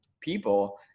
people